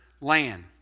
land